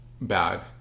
bad